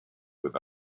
with